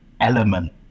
element